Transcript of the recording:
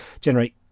generate